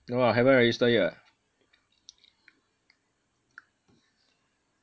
no lah haven't register yet [what]